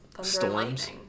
storms